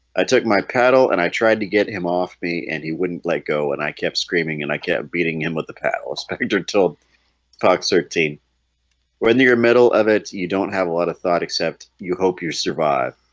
i took my paddle and i tried to get him off me and he wouldn't let go and i kept screaming and i kept beating him with the paddle a spectre told fox thirteen when your middle of it you don't have a lot of thought except you. hope you survive